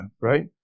right